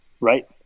right